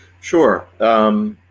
Sure